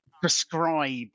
prescribe